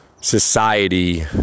society